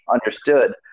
understood